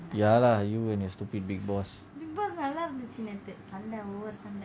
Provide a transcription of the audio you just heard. ya lah you and your stupid big boss